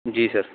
جی سر